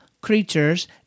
creatures